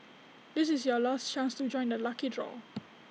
this is your last chance to join the lucky draw